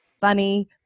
funny